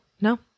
No